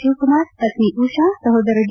ಶಿವಕುಮಾರ್ ಪತ್ನಿ ಉಷಾ ಸಹೋದರ ಡಿ